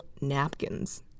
napkins